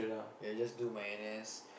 yeah just do my N_S